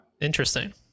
interesting